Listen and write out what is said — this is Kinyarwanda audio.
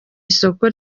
isoko